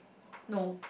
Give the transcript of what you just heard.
no